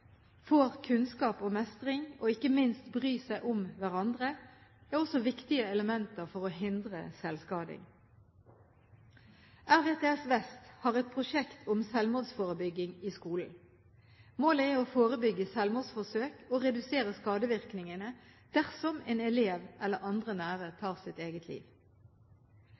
kunnskap, lærer mestring og ikke minst bryr seg om hverandre, er også viktige elementer for å hindre selvskading. RVTS Vest har et prosjekt om selvmordsforebygging i skolen. Målet er å forebygge selvmordsforsøk og redusere skadevirkningene dersom en elev eller andre nære tar sitt eget liv.